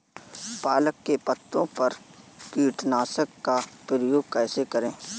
पालक के पत्तों पर कीटनाशक का प्रयोग कैसे करें?